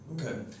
Okay